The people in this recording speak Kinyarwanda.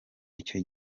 icyo